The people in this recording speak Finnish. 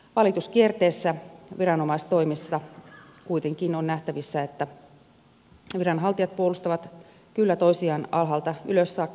valituskierteessä viranomaistoimissa kuitenkin on nähtävissä että viranhaltijat puolustavat kyllä toisiaan alhaalta ylös saakka